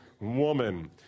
woman